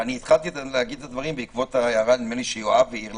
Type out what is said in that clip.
אני התחלתי להגיד את הדברים בעקבות ההערה שיואב העיר,